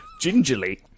Gingerly